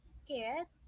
scared